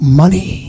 money